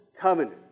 covenant